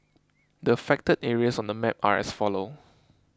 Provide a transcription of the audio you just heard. the affected areas on the map are as follow